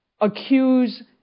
accuse